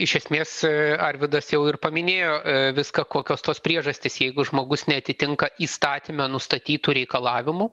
iš esmės arvydas jau ir paminėjo viską kokios tos priežastys jeigu žmogus neatitinka įstatyme nustatytų reikalavimų